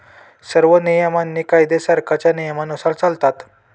सर्व नियम आणि कायदे सरकारच्या नियमानुसार चालतात